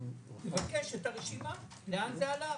תבקש את הרשימה לאן זה הלך.